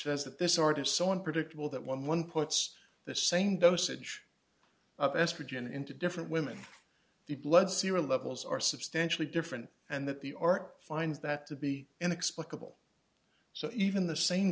says that this order is so unpredictable that when one puts the same dosage of estrogen into different women the blood serum levels are substantially different and that the or finds that to be inexplicable so even the same